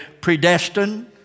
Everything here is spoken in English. predestined